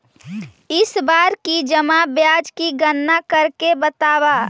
इस बार की जमा ब्याज की गणना करके बतावा